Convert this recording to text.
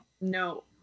No